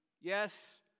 Yes